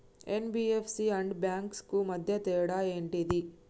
NBFC and banks కు మధ్య తేడా ఏంటిది?